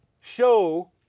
Show